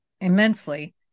immensely